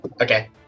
Okay